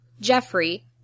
Jeffrey